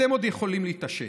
אתם עוד יכולים להתעשת.